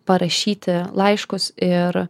parašyti laiškus ir